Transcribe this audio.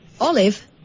Olive